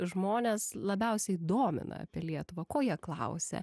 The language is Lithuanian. žmones labiausiai domina apie lietuvą ko jie klausia